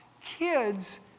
kids